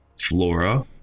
flora